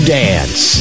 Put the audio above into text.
dance